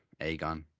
Aegon